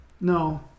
No